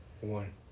One